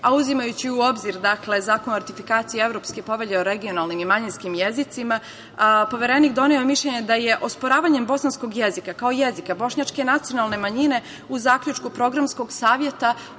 a uzimajući u obzir Zakon o ratifikaciji Evropske povelje o regionalnim i manjinskim jezicima, Poverenik je doneo mišljenje da je osporavanjem bosanskog jezika, kao jezika Bošnjačke nacionalne manjine u zaključku Programskog saveta,